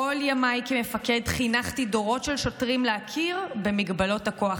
"כל ימיי כמפקד חינכתי דורות של שוטרים להכיר במגבלות הכוח,